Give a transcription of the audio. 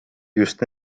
just